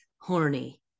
horny